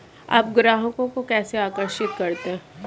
आप ग्राहकों को कैसे आकर्षित करते हैं?